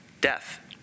death